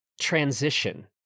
Transition